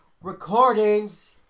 recordings